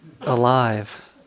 alive